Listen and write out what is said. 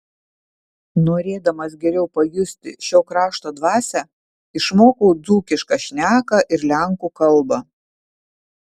norėdamas geriau pajusti šio krašto dvasią išmokau dzūkišką šneką ir lenkų kalbą